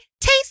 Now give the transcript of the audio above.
Taste